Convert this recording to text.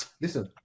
listen